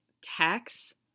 tax